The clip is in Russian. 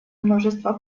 множество